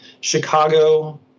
Chicago